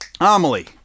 Amelie